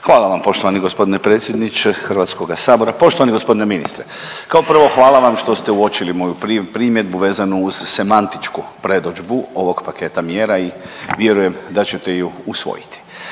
Hvala vam poštovani gospodine predsjedniče Hrvatskoga sabora, poštovani gospodine ministre. Kao prvo hvala vam što ste uočili moju primjedbu vezanu uz semantičku predodžbu ovog paketa mjera i vjerujem da ćete ju usvojiti.